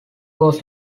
was